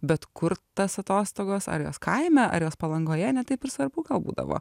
bet kur tas atostogos ar jos kaime ar jos palangoje ne taip ir svarbu būdavo